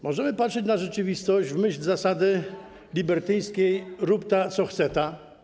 Możemy patrzeć na rzeczywistość w myśl zasady libertyńskiej „róbta, co chceta”